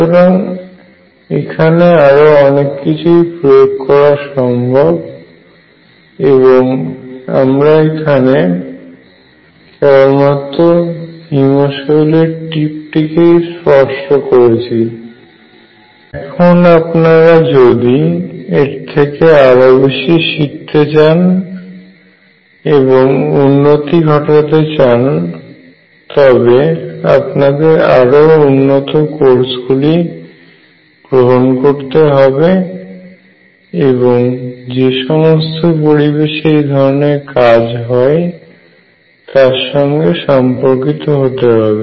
সুতরাং এখানে আরো অনেক কিছুই প্রয়োগ করা সম্ভব এবং আমরা এখানে কেবলমাত্র হিমশৈলের টিপ টিকেই স্পর্শ করেছি এখন আপনারা যদি এর থেকে আরও বেশি শিখতে চান এবং উন্নতি ঘটাতে চান তবে আপনাদের আরও উন্নত কোর্স গুলি গ্রহণ করতে হবে এবং যে সমস্ত পরিবেশে এই ধরনের কাজ করা হয় তার সঙ্গে সম্পর্কিত হতে হবে